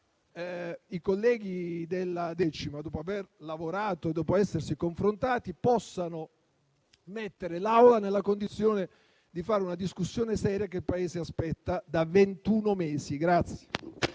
i colleghi della 10a Commissione, dopo aver lavorato e dopo essersi confrontati, possano mettere l'Aula nella condizione di fare una discussione seria che il Paese aspetta da ventuno mesi.